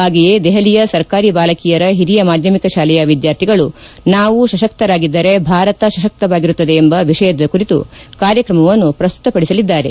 ಹಾಗೆಯೇ ದೆಹಲಿಯ ಸರ್ಕಾರಿ ಬಾಲಕಿಯರ ಹಿರಿಯ ಮಾಧ್ಯಮಿಕ ಶಾಲೆಯ ವಿದ್ಯಾರ್ಥಿಗಳು ನಾವು ಸಶಕ್ತರಾಗಿದ್ದರೆ ಭಾರತ ಸಶಕ್ತವಾಗಿರುತ್ತದೆ ಎಂಬ ವಿಷಯದ ಕುರಿತು ಕಾರ್ಯಕ್ರಮವನ್ನು ಪ್ರಸ್ತುತಪದಿಸಲಿದ್ದಾರೆ